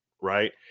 Right